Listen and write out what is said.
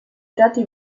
dati